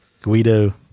Guido